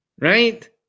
right